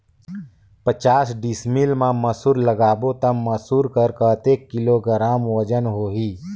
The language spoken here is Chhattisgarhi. पचास डिसमिल मा मसुर लगाबो ता मसुर कर कतेक किलोग्राम वजन होही?